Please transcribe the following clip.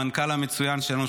המנכ"ל המצוין שלנו,